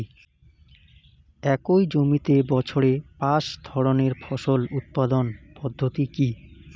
একই জমিতে বছরে পাঁচ ধরনের ফসল উৎপাদন পদ্ধতি কী?